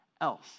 else